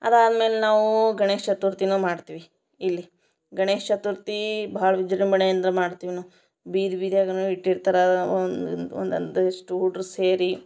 ಅದಾದ್ಮೇಲೆ ನಾವು ಗಣೇಶ ಚತುರ್ಥಿನು ಮಾಡ್ತೀವಿ ಇಲ್ಲಿ ಗಣೇಶ ಚತುರ್ಥಿ ಭಾಳ ವಿಜೃಂಭಣೆಯಿಂದ ಮಾಡ್ತೀವಿ ನಾವು ಬೀದಿ ಬೀದಿಯಾಗು ಇಟ್ಟಿರ್ತಾರೆ ಒಂದು ಒಂದು ಒಂದಷ್ಟು ಹುಡುಗ್ರು ಸೇರಿ